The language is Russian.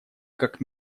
как